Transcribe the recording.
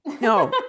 No